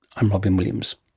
i'm robyn williams